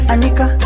Anika